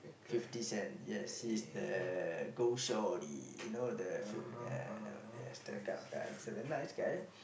Fifty-Cent yes he is the go shorty you know the ya the ya he's that kinda guy he's a nice guy